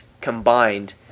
combined